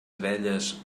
abelles